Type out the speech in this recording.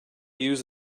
use